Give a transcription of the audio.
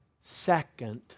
second